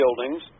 buildings